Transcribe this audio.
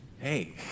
Hey